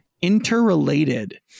interrelated